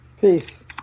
Peace